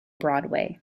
broadway